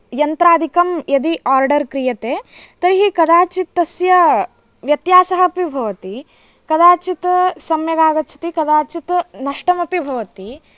यन्त्रादिकं यदि आर्डर् क्रियते तर्हि कदाचित् तस्य व्यत्यासः अपि भवति कदाचित् सम्यक् आगच्छति कदाचित् नष्टमपि भवति